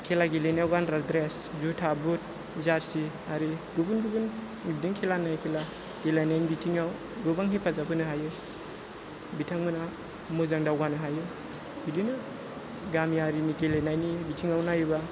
खेला गेलेनायाव गानग्रा द्रेस जुथा बुट जारसि आरि गुबुन गुबुन बिदिनो खेला नाये खेला गेलेनायनि बिथिङाव गोबां हेफाजाब होनो हायो बिथांमोनहा मोजां दावगानो हायो बिदिनो गामियारिनि गेलेनायनि बिथिङाव नायोबा